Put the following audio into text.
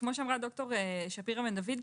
כמו שאמרה ד"ר שפירא בן דוד,